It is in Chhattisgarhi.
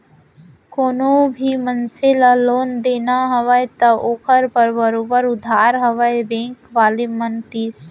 कोनो भी मनसे ल लोन देना हवय त ओखर बर बरोबर अधार हवय बेंक वाले मन तीर